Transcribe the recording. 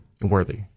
worthy